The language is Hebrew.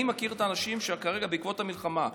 אני מכיר את האנשים שכרגע בעקבות המלחמה,